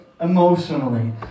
emotionally